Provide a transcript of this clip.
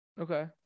Okay